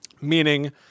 meaning